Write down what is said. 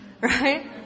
Right